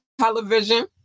television